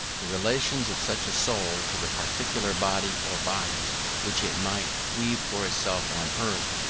the relations of such a soul to the particular body or bodies which it might weave for itself on earth,